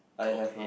overhead